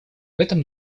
этом